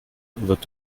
wird